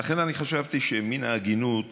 לכן חשבתי שמן ההגינות